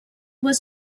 was